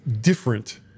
different